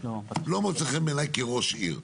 לא מוצאים חן בעיניי כראש עיר.